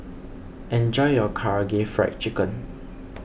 enjoy your Karaage Fried Chicken